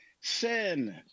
Sin